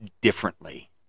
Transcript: differently